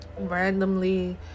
randomly